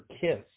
kiss